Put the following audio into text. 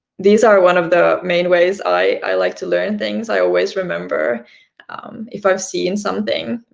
these are one of the main ways i like to learn things. i always remember if i've seen something,